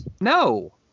no